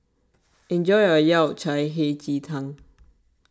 enjoy your Yao Cai Hei Ji Tang